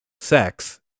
sex